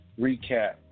recap